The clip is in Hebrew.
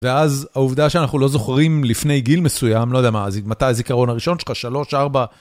ואז העובדה שאנחנו לא זוכרים לפני גיל מסוים, לא יודע מתי הזיכרון הראשון שלך, שלוש, ארבע...